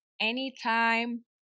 anytime